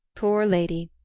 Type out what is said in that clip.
poor lady!